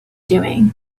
doing